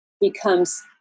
becomes